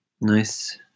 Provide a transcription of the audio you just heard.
nice